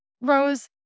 Rose